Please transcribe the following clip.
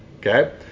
okay